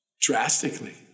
drastically